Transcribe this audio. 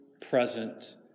present